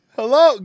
hello